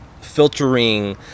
filtering